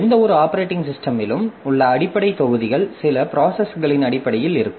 எந்தவொரு ஆப்பரேட்டிங் சிஸ்டமிலும் உள்ள அடிப்படை தொகுதிகள் சில ப்ராசஸ்களின் அடிப்படையில் இருக்கும்